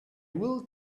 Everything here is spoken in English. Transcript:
will